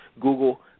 Google